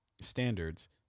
standards